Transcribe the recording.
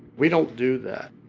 we don't do that.